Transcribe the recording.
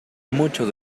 muchos